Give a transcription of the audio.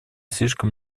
слишком